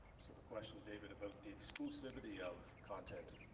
so the question, david, about the exclusivity of content.